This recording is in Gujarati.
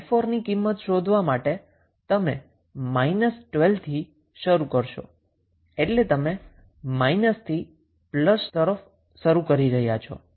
હવે ફરીથી 𝑖4 ની કિંમત શોધવા માટે તમે −12 થી શરૂ કરશો એટલે કે તમે માઇનસ થી પ્લસ શરૂ કરી રહ્યા છો